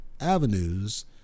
avenues